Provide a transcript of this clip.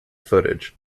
footage